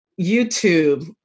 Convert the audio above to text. YouTube